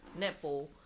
netball